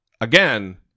Again